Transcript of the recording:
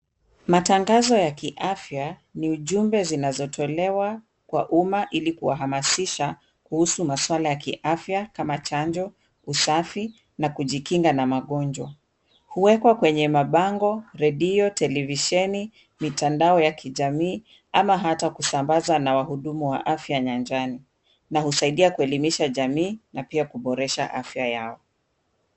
Matangazo ya kiafya ni ujumbe zinazotolewa kwa umma ili kuwahamasisha kuhusu masuala ya kiafya kama chanjo, usafi, na kujikinga na magonjwa. Huwekwa kwenye mabango, redio, televisheni, mitandao ya kijamii, ama hata kusambazwa na wahudumu wa afya nyanjani. Na husaidia kuelimisha jamii na pia kuboresha afya yao.